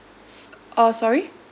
s~ uh sorry